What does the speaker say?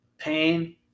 pain